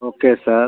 okay sir